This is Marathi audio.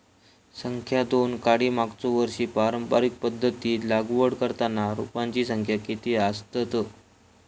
संख्या दोन काडी मागचो वर्षी पारंपरिक पध्दतीत लागवड करताना रोपांची संख्या किती आसतत?